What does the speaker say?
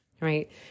right